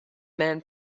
man